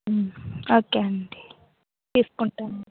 okay అండి తీసుకుంటాము